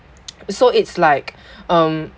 so it's like um